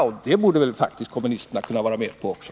Det borde väl ni kommunister inse.